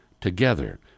together